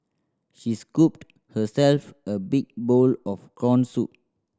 she scooped herself a big bowl of corn soup